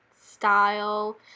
style